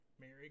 Mary